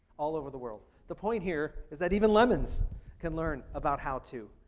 all over the world. the point here is that even lemons can learn about how to.